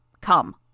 Come